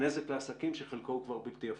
נזק לעסקים שחלקו הוא כבר בלתי הפיך.